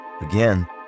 again